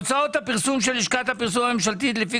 "הוצאות הפרסום של לשכת הפרסום הממשלתית לפי